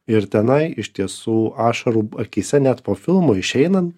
ir tenai iš tiesų ašarų akyse net po filmo išeinant